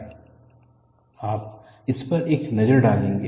shear lip in necking आप इस पर एक नजर डालेंगे